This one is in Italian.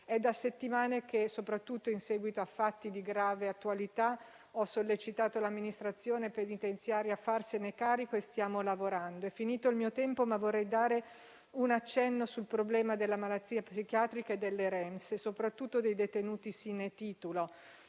è da settimane che, soprattutto in seguito a fatti di grave attualità, ho sollecitato l'amministrazione penitenziaria a farsene carico e ci stiamo lavorando. Infine, vorrei fare un accenno al problema della malattia psichiatrica, delle REMS e soprattutto dei detenuti *sine titulo*.